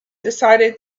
decided